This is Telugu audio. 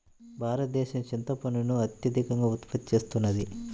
భారతదేశం చింతపండును అత్యధికంగా ఉత్పత్తి చేస్తున్నది